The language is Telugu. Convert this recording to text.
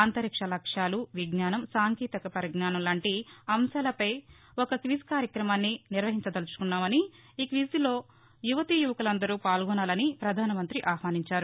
అంతరిక్ష లక్ష్యాలు విజ్ఞానం సాంకేతిక పరిజ్ఞానం వంటి అంశాలపై ఒక క్విజ్ కార్యక్రమాన్ని నిర్వహించదలచుకున్నామని ఈ క్విజ్లో యువతీ యువకులందరూ పాల్గొనాలని ప్రధానమంత్రి ఆహ్వానించారు